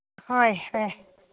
ꯍꯣꯏ